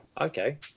Okay